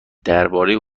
درباره